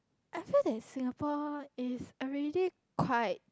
I feel that Singapore is already quite